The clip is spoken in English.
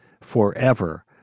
forever